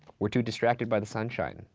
we're too distracted by the sunshine.